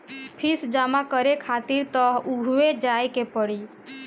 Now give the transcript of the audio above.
fees जमा करे खातिर तअ उहवे जाए के पड़ी